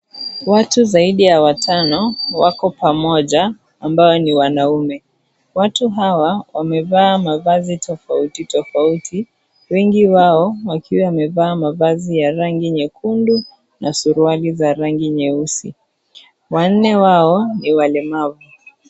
Watu zaidi ya watano wako pamoja ambao ni wanaume. Watu hawa wameva mavazi tofautitofauti wengi wao wakiwa wameva mavazi ya rangi nyekundu na suruali za rangi nyeusi. Wanne wao ni walemavu.